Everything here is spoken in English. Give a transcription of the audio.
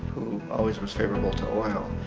always was favorable to oil.